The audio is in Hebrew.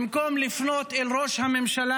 מן הראוי, במקום לפנות אל ראש הממשלה,